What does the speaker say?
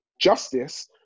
justice